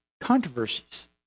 controversies